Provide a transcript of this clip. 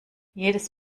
jedes